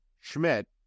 Schmidt